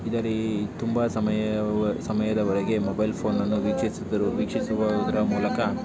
ಇದರ ತುಂಬ ಸಮಯ ಸಮಯದವರೆಗೆ ಮೊಬೈಲ್ ಫೋನನ್ನು ವೀಕ್ಷಿಸಿದರು ವೀಕ್ಷಿಸುವುದರ ಮೂಲಕ